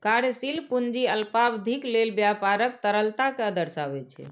कार्यशील पूंजी अल्पावधिक लेल व्यापारक तरलता कें दर्शाबै छै